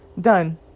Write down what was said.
Done